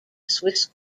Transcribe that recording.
swiss